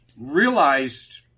realized